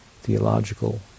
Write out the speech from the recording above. theological